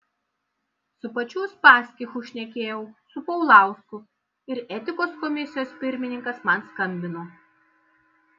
su pačiu uspaskichu šnekėjau su paulausku ir etikos komisijos pirmininkas man skambino